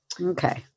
okay